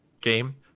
game